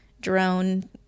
drone